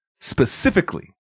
specifically